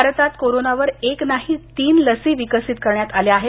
भारतात कोरोनावर एक नाही तीन लसी विकसित करण्यात आल्या आहेत